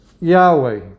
Yahweh